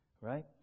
right